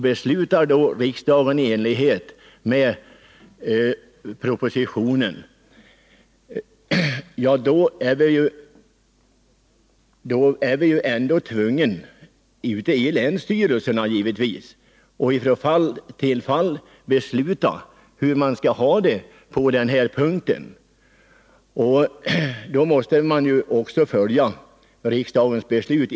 Beslutar riksdagen i enlighet med propositionen måste länsstyrelsen ändå från fall till fall besluta hur man skall ha det på den här punkten, och därvid måste man följa riksdagens beslut.